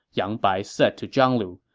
yang bai said to zhang lu.